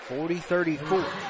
Forty-thirty-four